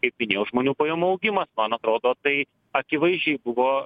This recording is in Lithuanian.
kaip minėjau žmonių pajamų augimas man atrodo tai akivaizdžiai buvo